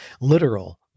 literal